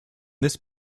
this